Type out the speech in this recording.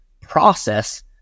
process